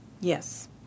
Yes